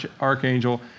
archangel